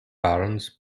barons